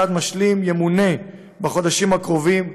כצעד משלים ימונה בחודשים הקרובים,